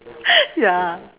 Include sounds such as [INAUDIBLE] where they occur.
[LAUGHS] ya